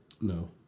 No